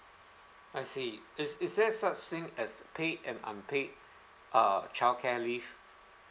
I see is is there such thing as paid and unpaid uh childcare leave